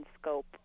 scope